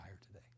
today